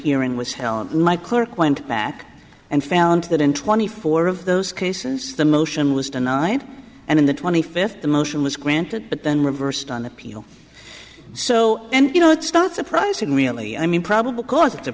you're in was hell and my clerk went back and found that in twenty four of those cases the motion was denied and in the twenty fifth the motion was granted but then reversed on appeal so and you know it's not surprising really i mean probable cause it's a